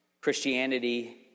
Christianity